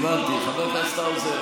הבנתי, חבר הכנסת האוזר.